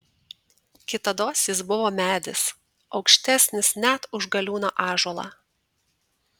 kitados jis buvo medis aukštesnis net už galiūną ąžuolą